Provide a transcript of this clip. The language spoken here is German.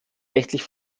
rechtlich